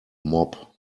mob